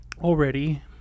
already